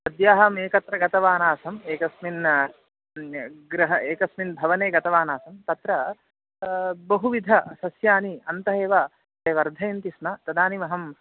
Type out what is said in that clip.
अद्याहम् एकत्र गतवानासम् एकस्मिन् गृहे एकस्मिन् भवने गतवानासं तत्र बहुविधसस्यानि अन्तः एव ते वर्धयन्ति स्म तदानीमहं